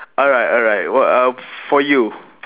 alright alright what else for you